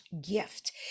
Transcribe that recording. gift